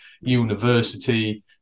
university